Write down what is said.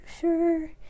sure